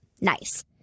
nice